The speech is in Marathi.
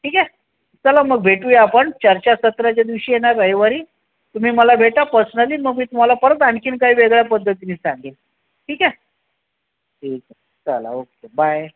ठीक आहे चला मग भेटूया आपण चर्चासत्राच्या दिवशी आहे ना रविवारी तुम्ही मला भेटा पर्सनली मग मी तुम्हाला परत आणखी काही वेगळ्या पद्धतीने सांगेन ठीक आहे ठीक आहे चला ओके बाय